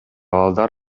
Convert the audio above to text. балдар